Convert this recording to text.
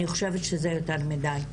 אני חושבת שזה יותר מידי.